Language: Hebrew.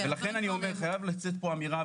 לכן אני אומר, חייבת לצאת פה אמירה.